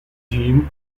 team